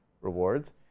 rewards